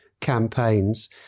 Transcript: campaigns